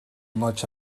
much